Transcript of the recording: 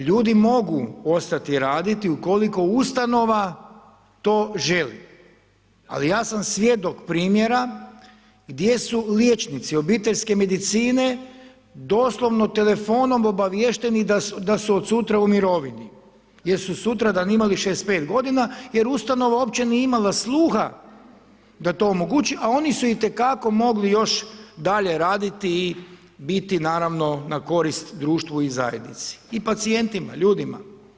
Ljudi mogu ostati raditi ukoliko ustanova to želi, ali ja sam svjedok primjera gdje su liječnici obiteljske medicine doslovno telefonom obaviješteni da su od sutra u mirovini jer su sutradan imali 65 godina jer ustanova uopće nije imala sluha da to omogući, a oni su itekako mogli još dalje raditi i biti naravno na korist društvu i zajednici i pacijentima, ljudima.